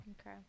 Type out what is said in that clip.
okay